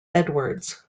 edwards